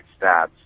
stats